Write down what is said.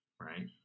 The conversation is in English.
right